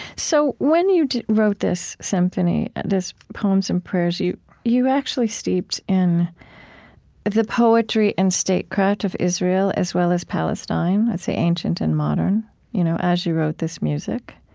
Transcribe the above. so when you wrote this symphony, this poems and prayers, you you actually steeped in the poetry and statecraft of israel as well as palestine, i'd say, ancient and modern you know as you wrote this music.